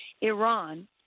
Iran